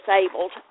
disabled